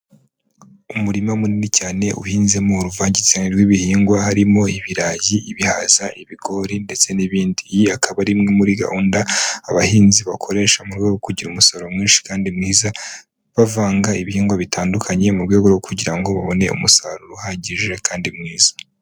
Umurima munini cyane uhinzemo uruvangitirane rw'ibihingwa harimo ibirayi, ibihaza, ibigori ndetse n'ibindi. Iyi akaba ari imwe muri gahunda abahinzi bakoresha mu rwego rwo kugira umusaruro mwinshi kandi mwiza, bavanga ibihingwa bitandukanye mu rwego rwo kugira ngo babone umusaruro uhagije kandi mwiza.